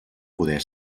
poder